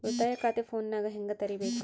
ಉಳಿತಾಯ ಖಾತೆ ಫೋನಿನಾಗ ಹೆಂಗ ತೆರಿಬೇಕು?